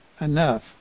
enough